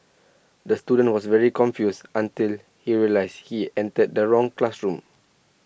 the student was very confused until he realised he entered the wrong classroom